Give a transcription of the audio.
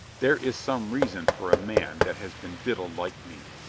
there is some reason for a man that has been diddled like me.